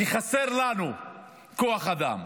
כי חסר לנו כוח אדם,